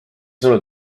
sõnul